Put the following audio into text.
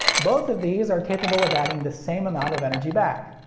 both of these are capable of adding the same amount of energy back.